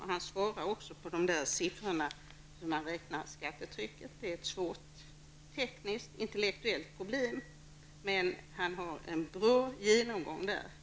Han svarar också när det gäller de siffror man räknat fram för skattetrycket. Det är ett svårt tekniskt, intellektuellt problem, men han gör en bra genomgång.